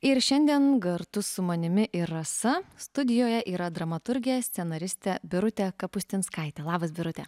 ir šiandien gartu su manimi ir rasa studijoje yra dramaturgė scenaristė birutė kapustinskaitė labas birute